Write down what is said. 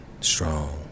strong